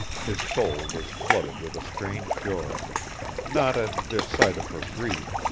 his soul was flooded with a strange joy not at this sight of her grief,